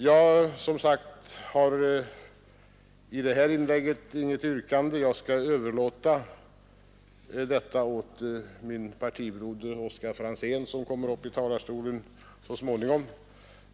Jag har som sagt i det här inlägget inget yrkande, och jag skall överlåta åt min partibroder Oscar Franzén, som kommer upp i talarstolen efter mig, att ställa yrkande.